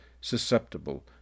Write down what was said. susceptible